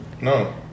No